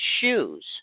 shoes